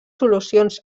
solucions